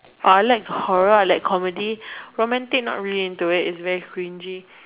uh I like horror I like comedy romantic not really into it it's very cringy